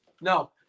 No